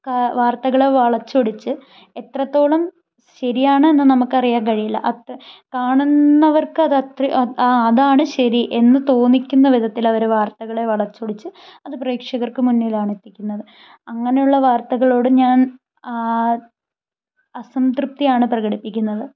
ക വാർത്തകളെ വളച്ചൊടിച്ച് എത്രത്തോളം ശരിയാണ് എന്ന് നമുക്ക് അറിയാൻ കഴിയില്ല ആഫ്റ്റർ കാണുന്നവർക്ക് അത് അത്രയും ആ അതാണ് ശരി എന്ന് തോന്നിക്കുന്ന വിധത്തിൽ അവർ വാർത്തകളെ വളച്ചൊടിച്ച് അത് പ്രേക്ഷകർക്ക് മുന്നിലാണ് എത്തിക്കുന്നത് അങ്ങനെയുള്ള വാർത്തകളോട് ഞാൻ അസംതൃപ്തിയാണ് പ്രകടിപ്പിക്കുന്നത്